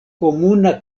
komuna